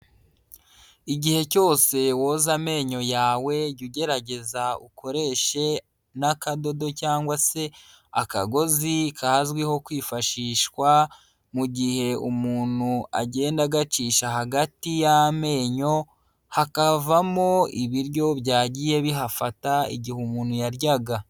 Igihe cyose woza amenyo yawe, jya ugerageza ukoreshe n'akadodo cyangwa se akagozi kazwiho kwifashishwa mu gihe umuntu agenda agacisha hagati y'amenyo, hakavamo ibiryo byagiye bihafata igihe umuntu yaryaga.